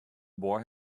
boy